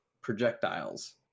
projectiles